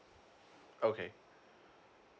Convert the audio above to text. okay